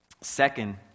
Second